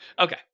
Okay